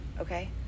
okay